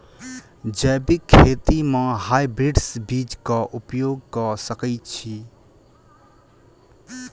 जैविक खेती म हायब्रिडस बीज कऽ उपयोग कऽ सकैय छी?